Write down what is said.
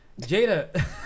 Jada